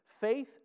faith